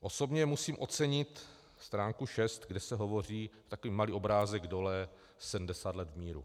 Osobně musím ocenit stránku šest, kde se hovoří takový malý obrázek dole sedmdesát let v míru.